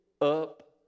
up